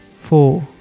Four